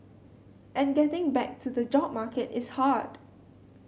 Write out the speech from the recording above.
and getting back to the job market is hard